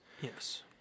Yes